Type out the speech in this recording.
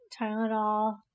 Tylenol